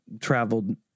traveled